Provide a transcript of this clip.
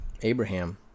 abraham